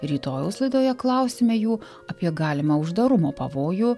rytojaus laidoje klausime jų apie galimą uždarumo pavojų